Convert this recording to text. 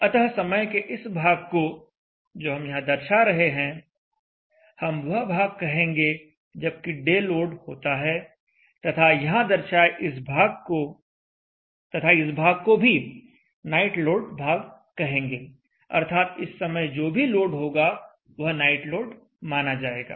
अतः समय के इस भाग को जो हम यहाँ दर्शा रहे हैं हम वह भाग कहेंगे जबकि डे लोड होता है तथा यहां दर्शाए इस भाग को तथा इस भाग को भी नाइट लोड भाग कहेंगे अर्थात इस समय जो भी लोड होगा वह नाइट लोड माना जाएगा